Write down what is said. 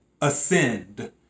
ascend